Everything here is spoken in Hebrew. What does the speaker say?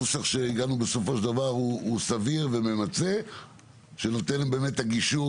הנוסח אליו הגענו בסופו של דבר הוא סביר וממצה ונותן את הגישור